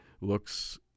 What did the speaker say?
looks